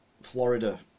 Florida